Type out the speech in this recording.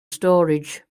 storage